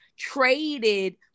Traded